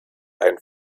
ein